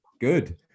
good